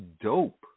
dope